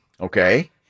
Okay